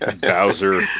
Bowser